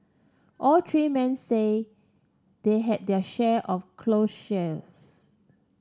all three men say they had their share of close shaves